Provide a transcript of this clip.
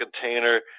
container